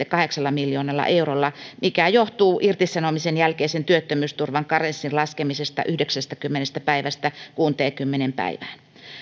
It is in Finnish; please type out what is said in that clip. kahdeksalla miljoonalla eurolla mikä johtuu irtisanomisen jälkeisen työttömyysturvan karenssin laskemisesta yhdeksästäkymmenestä päivästä kuuteenkymmeneen päivään